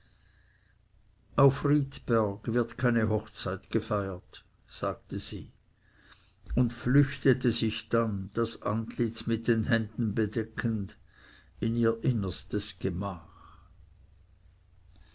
auf riedberg wird keine hochzeit gefeiert sagte sie und flüchtete sich dann das antlitz mit den händen bedeckend in ihr innerstes gemach